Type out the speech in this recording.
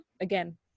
Again